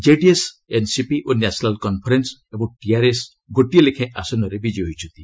JDS NCP ଓ ନ୍ୟାସନାଲ୍ କନ୍ଫରେନ୍ସ ଏବଂ TRS ଗୋଟିଏ ଲେଖାଏଁ ଆସନରେ ବିଜୟୀ ହୋଇଛନ୍ତି